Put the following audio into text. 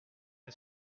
est